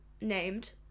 named